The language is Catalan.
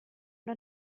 una